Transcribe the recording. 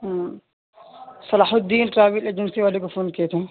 صلاح Uddin travel agency والے کو فون کیے تھے